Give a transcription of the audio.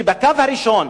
משום שבקו הראשון,